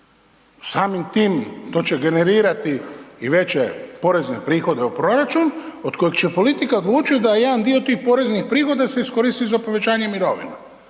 samim tim to će generirati i veće porezne prihode u proračun od kojeg će politika odlučiti da jedan dio tih poreznih prihoda se iskoristi za povećanje mirovina.